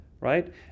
right